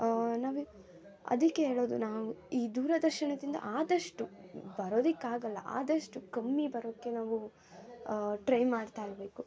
ನಾವೇ ಅದಕ್ಕೆ ಹೇಳೋದು ನಾವು ಈ ದೂರದರ್ಶನದಿಂದ ಆದಷ್ಟು ಬರೋದಕ್ಕಾಗೋಲ್ಲ ಆದಷ್ಟು ಕಮ್ಮಿ ಬರೋಕೆ ನಾವು ಟ್ರೈ ಮಾಡ್ತಾಯಿರ್ಬೇಕು